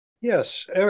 Yes